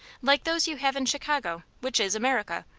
like those you have in chicago, which is america.